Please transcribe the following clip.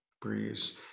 breeze